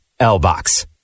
LBOX